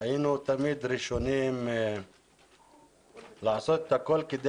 היינו תמיד ראשונים לעשות את הכול כדי